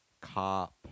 cop